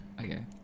Okay